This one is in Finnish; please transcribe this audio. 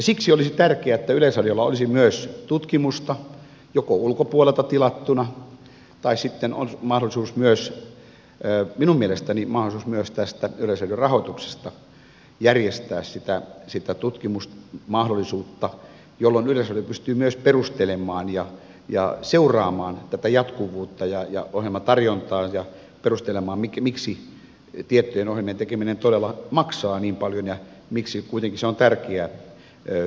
siksi olisi tärkeää että yleisradiolla olisi myös tutkimusta joko ulkopuolelta tilattuna tai sitten minun mielestäni on mahdollisuus myös tästä yleisradion rahoituksesta järjestää sitä tutkimusmahdollisuutta jolloin yleisradio pystyy myös perustelemaan ja seuraamaan tätä jatkuvuutta ja ohjelmatarjontaa ja perustelemaan miksi tiettyjen ohjelmien tekeminen todella maksaa niin paljon ja miksi kuitenkin se on tärkeää yleisön kannalta